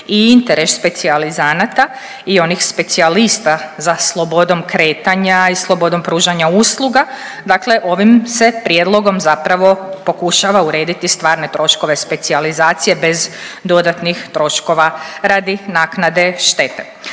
i interes specijalizanata i onih specijalista za slobodom kretanja i slobodom pružanja usluga, dakle ovim se prijedlogom zapravo pokušava urediti stvarne troškove specijalizacije bez dodatnih troškova radi naknade štete.